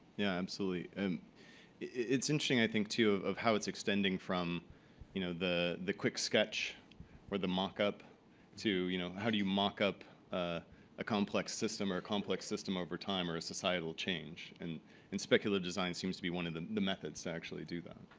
yeah, absolutely. and it's interesting, i think, too, of how it's extending from you know the the quick sketch or the mockup to you know how do you mockup ah a complex system or a complex system over time or a societal change? and and speculative design seems to be one of the the methods actually do that.